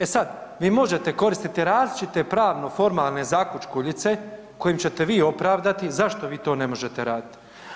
E sada vi možete koristiti različite pravno-formalne zakučkuljice kojim ćete vi opravdati zašto vi to ne možete raditi.